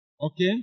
Okay